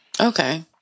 Okay